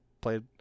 played